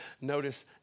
Notice